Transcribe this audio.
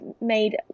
made